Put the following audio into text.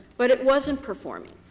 but it wasn't performing.